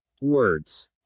words